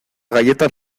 galletas